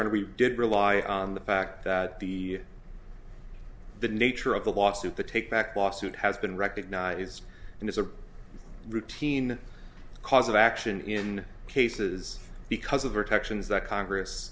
when we did rely on the fact that the the nature of the lawsuit the take back lawsuit has been recognized and is a routine cause of action in cases because of the texan's that congress